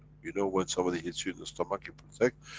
you know when somebody hits you in the stomach, you protect.